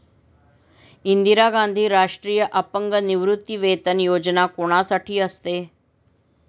इंदिरा गांधी राष्ट्रीय अपंग निवृत्तीवेतन योजना कोणासाठी असते?